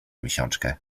miesiączkę